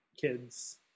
kids